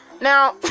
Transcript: Now